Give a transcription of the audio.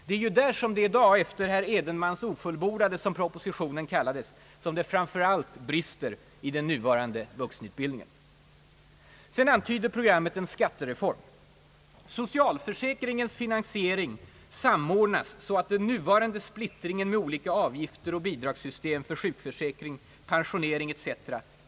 Det är ju där som det i dag, efter »herr Edenmans ofullbordade» som propositionen kallades, framför allt brister i den nuvarande vuxenutbildningen. Sedan antyder programmet en skattereform: »Socialförsäkringens finansiering samordnas så att den nuvarande splittringen med olika avgifter och bidragssystem för sjukförsäkring, pensionering etc.